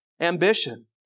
ambition